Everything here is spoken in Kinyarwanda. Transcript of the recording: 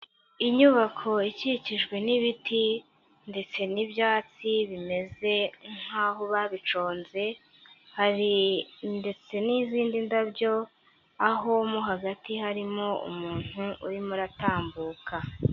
Inyubako ikikijwe n'ibiti ndetse n'ibyatsi bimeze nk'aho babiconze, hari ndetse n'izindi ndabyo, aho mu hagati harimo umuntu urimo uratambuka.